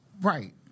Right